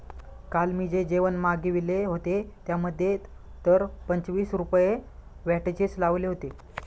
काल मी जे जेवण मागविले होते, त्यामध्ये तर पंचवीस रुपये व्हॅटचेच लावले होते